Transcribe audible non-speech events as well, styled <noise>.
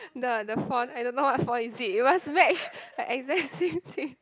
the the font I don't know what font is it it must match the exact same thing <laughs>